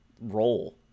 role